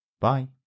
Bye